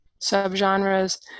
subgenres